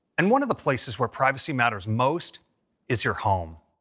and one of the places where privacy matters most is your home.